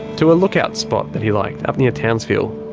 to a lookout spot that he liked up near townsville.